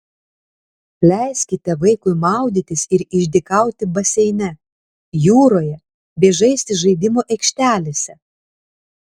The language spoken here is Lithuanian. leiskite vaikui maudytis ir išdykauti baseine jūroje bei žaisti žaidimų aikštelėse